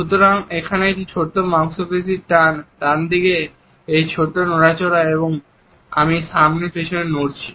সুতরাং এখানে এই ছোট্ট মাংসপেশির টান ডানদিকে এই ছোট্ট নড়াচড়া আমি সামনে পেছনে নড়ছি